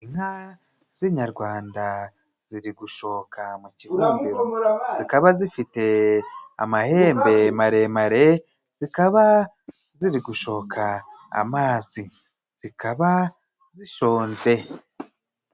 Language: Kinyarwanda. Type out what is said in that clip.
Inka z'inyarwanda ziri gushoka mu kibumbiro, zikaba zifite amahembe maremare, zikaba ziri gushoka amazi, zikaba zishonje.